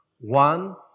One